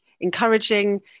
encouraging